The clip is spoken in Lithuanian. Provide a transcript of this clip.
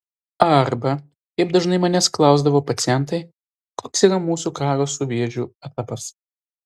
arba kaip dažnai manęs klausdavo pacientai koks yra mūsų karo su vėžiu etapas